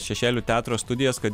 šešėlių teatro studijas kad